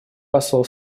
посол